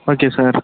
okay sir